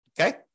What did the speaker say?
Okay